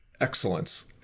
excellence